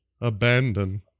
Abandon